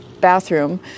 bathroom